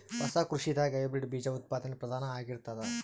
ಹೊಸ ಕೃಷಿದಾಗ ಹೈಬ್ರಿಡ್ ಬೀಜ ಉತ್ಪಾದನೆ ಪ್ರಧಾನ ಆಗಿರತದ